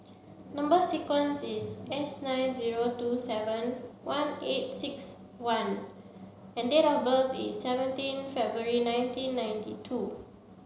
number sequence is S nine zero two seven one eight six one and date of birth is seventeen February nineteen ninety two